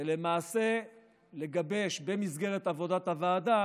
ולמעשה לגבש במסגרת עבודת הוועדה